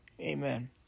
Amen